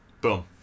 Boom